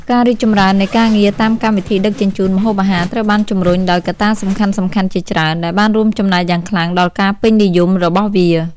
ការរីកចម្រើននៃការងារតាមកម្មវិធីដឹកជញ្ជូនម្ហូបអាហារត្រូវបានជំរុញដោយកត្តាសំខាន់ៗជាច្រើន ដែលបានរួមចំណែកយ៉ាងខ្លាំងដល់ការពេញនិយមរបស់វា។